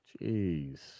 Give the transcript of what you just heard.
Jeez